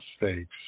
mistakes